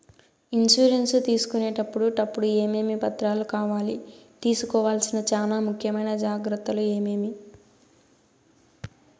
Insurance తీసుకునేటప్పుడు టప్పుడు ఏమేమి పత్రాలు కావాలి? తీసుకోవాల్సిన చానా ముఖ్యమైన జాగ్రత్తలు ఏమేమి?